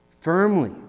firmly